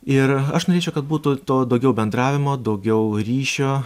ir aš norėčiau kad būtų to daugiau bendravimo daugiau ryšio